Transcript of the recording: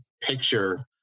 picture